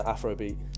Afrobeat